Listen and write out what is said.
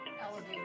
Elevator